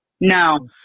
No